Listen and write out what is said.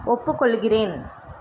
ஒப்புக்கொள்கிறேன்